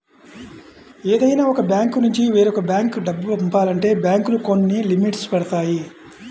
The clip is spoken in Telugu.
ఏదైనా ఒక బ్యాంకునుంచి వేరొక బ్యేంకు డబ్బు పంపాలంటే బ్యేంకులు కొన్ని లిమిట్స్ పెడతాయి